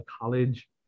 college